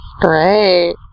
Great